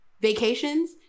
vacations